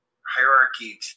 hierarchy